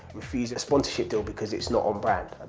refuse a sponsorship deal because it's not on-brand.